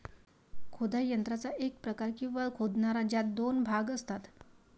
खोदाई यंत्राचा एक प्रकार, किंवा खोदणारा, ज्यात दोन भाग असतात